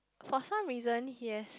for some reason yes